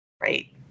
right